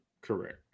Correct